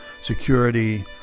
security